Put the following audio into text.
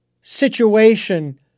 situation